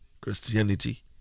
Christianity